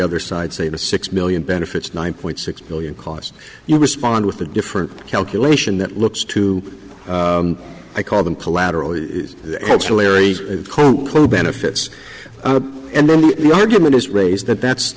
other side say the six million benefits nine point six billion cost you respond with a different calculation that looks too i call them collateral extra larry benefits and then the argument is raised that that's